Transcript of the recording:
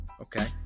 okay